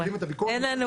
לא,